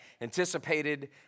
anticipated